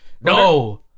No